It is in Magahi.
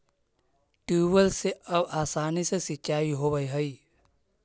ट्यूबवेल से अब आसानी से सिंचाई होवऽ हइ